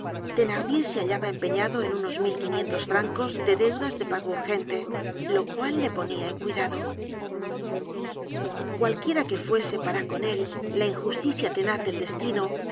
de thenardier se hallaba empeñado en unos mil quinientos francos de deudas de pago urgente lo cual le ponia en cúidado cualquiera que fuese para con él la injusticia tenaz del destino